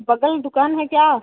बगल दुक़ान है क्या